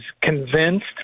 convinced